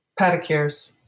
pedicures